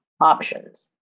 options